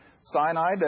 Sinai